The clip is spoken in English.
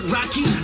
Rocky